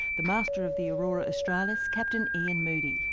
the master of the aurora australis, captain ian moodie.